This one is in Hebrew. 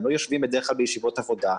הם לא יושבים בדרך כלל בישיבות עבודה.